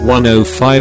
105